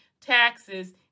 taxes